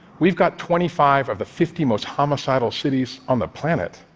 we've got twenty five of the fifty most homicidal cities on the planet.